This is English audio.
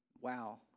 Wow